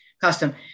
custom